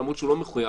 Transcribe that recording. למרות שהוא לא מחויך,